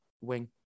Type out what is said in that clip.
wing